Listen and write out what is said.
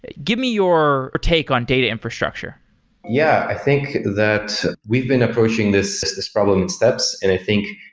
give me your take on data infrastructure yeah. i think that we've been approaching this this problems steps, and i think,